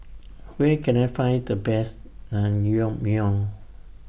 Where Can I Find The Best Naengmyeon